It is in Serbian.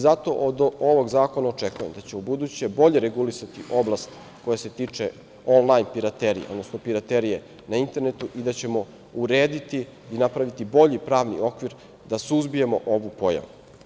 Zato od ovog zakona očekujem da će ubuduće bolje regulisati oblast koja se tiče onlajn piraterije, odnosno piraterije na internetu i da ćemo urediti i napraviti bolji pravni okvir da suzbijemo ovu pojavu.